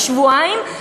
בשבועיים,